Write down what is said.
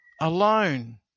alone